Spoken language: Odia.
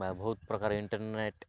ବା ବହୁତ ପ୍ରକାର ଇଣ୍ଟରନେଟ୍